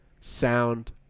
sound